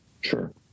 sure